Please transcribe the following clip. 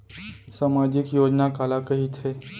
सामाजिक योजना काला कहिथे?